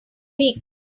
week